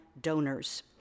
donors